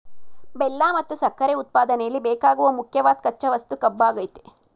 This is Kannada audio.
ಬೆಲ್ಲ ಮತ್ತು ಸಕ್ಕರೆ ಉತ್ಪಾದನೆಯಲ್ಲಿ ಬೇಕಾಗುವ ಮುಖ್ಯವಾದ್ ಕಚ್ಚಾ ವಸ್ತು ಕಬ್ಬಾಗಯ್ತೆ